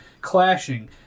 clashing